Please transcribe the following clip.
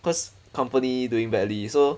cause company doing badly so